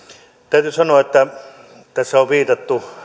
täytyy sanoa kun tässä on viitattu